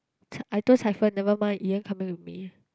C~ I told Cai Fen never mind Ian coming with me